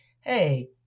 hey